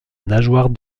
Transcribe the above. nageoire